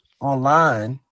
online